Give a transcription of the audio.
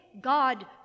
god